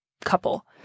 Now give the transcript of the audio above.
couple